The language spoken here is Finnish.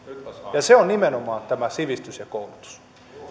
ja se on nimenomaan tämä sivistys ja koulutus